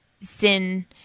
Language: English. sin